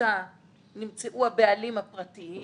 נמצאו הבעלים הפרטיים